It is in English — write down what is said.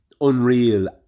unreal